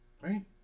right